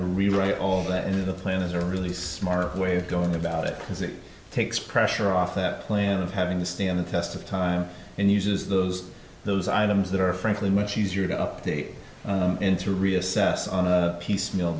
to rewrite all that in the plan is a really smart way of going about it because it takes pressure off that plan of having the stand the test of time and uses those those items that are frankly much easier to update into reassess on a piecemeal